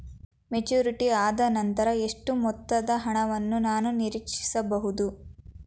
Maturity ಆದನಂತರ ಎಷ್ಟು ಮೊತ್ತದ ಹಣವನ್ನು ನಾನು ನೀರೀಕ್ಷಿಸ ಬಹುದು?